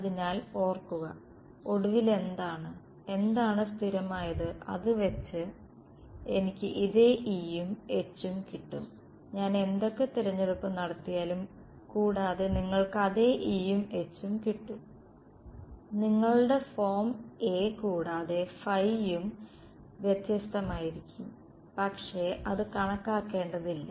അതിനാൽ ഓർക്കുക ഒടുവിൽ എന്താണ് എന്താണ് സ്ഥിരമായത് അത് വെച്ച എനിക്ക് ഇതേ E യും H ഉം കിട്ടും ഞാൻ എന്തൊക്കെ തിരഞ്ഞെടുപ്പ് നടത്തിയാലും കൂടാതെ നിങ്ങൾക്ക് അതേ E യും H ഉം കിട്ടും നിങ്ങളുടെ ഫോം A കൂടാതെ യും വ്യത്യസ്തമായിരിക്കും പക്ഷെ അത് കണക്കാക്കേണ്ടതില്ല